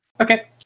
Okay